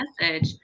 message